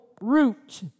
root